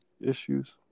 issues